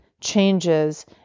changes